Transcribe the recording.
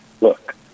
Look